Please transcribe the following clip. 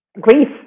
grief